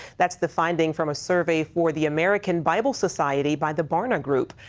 that's the finding from a survey for the american bible society by the barna group.